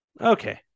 Okay